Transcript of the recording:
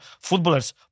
footballers